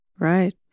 Right